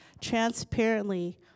transparently